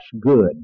good